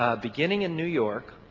ah beginning in new york,